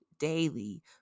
Daily